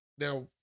now